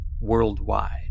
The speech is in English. worldwide